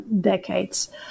decades